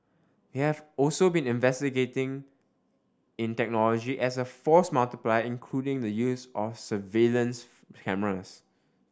they have also been investing in technology as a force multiplier including the use of surveillance cameras